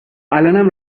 الانم